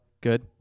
good